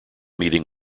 meeting